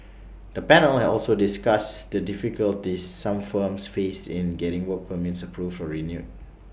the panel also discussed the difficulties some firms faced in getting work permits approved or renewed